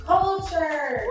Culture